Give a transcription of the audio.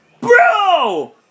Bro